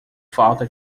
falta